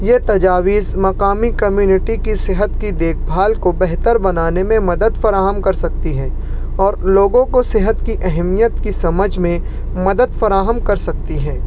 یہ تجاویز مقامی کمیونٹی کی صحت کی دیکھ بھال کو بہتر بنانے میں مدد فراہم کرسکتی ہیں اور لوگوں کو صحت کی اہمیت کی سمجھ میں مدد فراہم کرسکتی ہیں